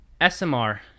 SMR